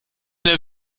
der